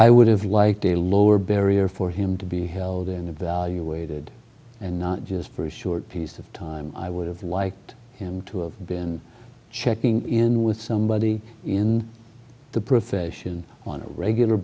i would have liked a lower barrier for him to be held in evaluated and not just for a short piece of time i would have liked him to have been checking in with somebody in the profession on a regular